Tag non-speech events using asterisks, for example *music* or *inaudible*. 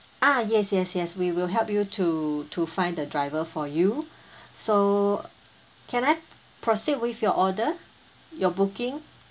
uh yes yes yes we will help you to to find the driver for you *breath* so can I proceed with your order your booking